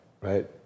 right